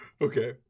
Okay